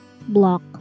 block